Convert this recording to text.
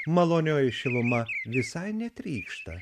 malonioji šiluma visai netrykšta